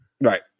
Right